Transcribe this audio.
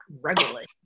regularly